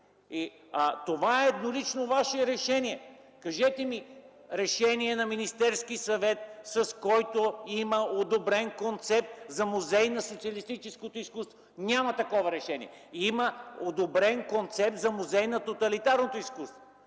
Това е еднолично Ваше решение. Кажете ми Решение на Министерския съвет, с което има одобрен концепт за Музей на социалистическото изкуство? Няма такова решение. Има одобрен концепт за Музей на тоталитарното изкуство,